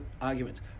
arguments